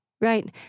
right